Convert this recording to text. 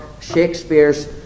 Shakespeare's